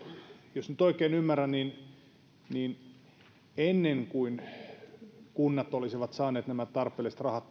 jos nyt oikein ymmärrän että ennen kuin kunnat tai sairaanhoitopiirit olisivat saaneet nämä tarpeelliset rahat